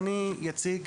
אני אציג